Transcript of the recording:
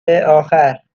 آخر